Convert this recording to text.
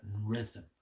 rhythm